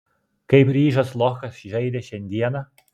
kaip ryžas lochas žaidė šiandieną